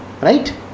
right